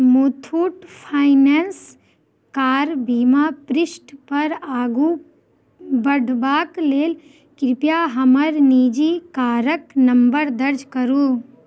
Muthoot finance car बीमा पृष्ठपर आगू बढ़बाके लेल कृपया हमर निजी कारके नम्बर दर्ज करू